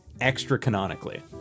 extra-canonically